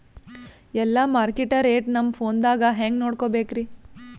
ಎಲ್ಲಾ market rate ನಮ್ ಫೋನದಾಗ ಹೆಂಗ ನೋಡಕೋಬೇಕ್ರಿ?